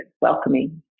welcoming